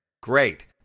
Great